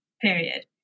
period